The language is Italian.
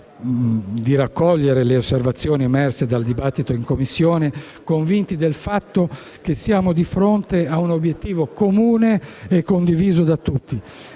di raccogliere le osservazioni emerse dal dibattito in Commissione, convinti del fatto che siamo di fronte a un obiettivo comune e condiviso da tutti.